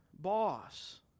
boss